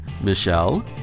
Michelle